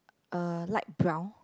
uh light brown